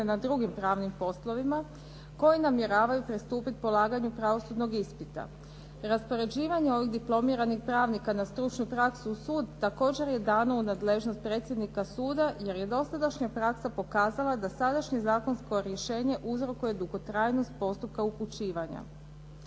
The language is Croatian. na drugim pravnim poslovima koji namjeravaju pristupiti polaganju pravosudnog ispita. Raspoređivanje ovih diplomiranih pravnika na stručnu praksu u sud također je dano u nadležnost predsjednika suda, jer je dosadašnja praksa pokazala da sadašnje zakonsko rješenje uzrokuje dugotrajnost postupka upućivanja.